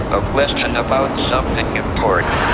a question about something important.